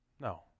No